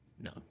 no